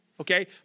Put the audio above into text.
Okay